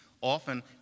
often